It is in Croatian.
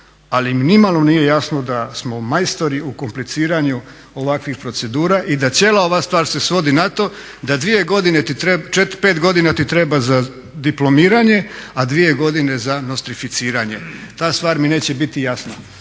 mi nimalo nije jasno da smo majstori u kompliciranju ovakvih procedura i da cijela ova stvar se svodi na to da 2 godine ti treba, 4, 5 godina ti treba za diplomiranje a 2 godine za nostrificiranje. Ta stvar mi neće biti jasna.